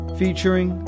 featuring